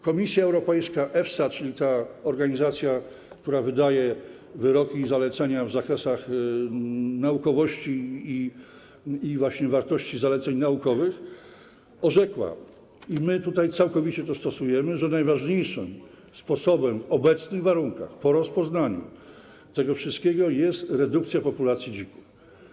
Komisja Europejska, EFSA, czyli ta organizacja, która wydaje wyroki i zalecenia w zakresach naukowości i wartości, zaleceń naukowych, orzekła, my całkowicie to stosujemy, że najważniejszym sposobem w obecnych warunkach, po rozpoznaniu tego wszystkiego, jest redukcja populacji dzików.